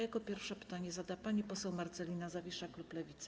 Jako pierwsza pytanie zada pani poseł Marcelina Zawisza, klub Lewica.